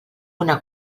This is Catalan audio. una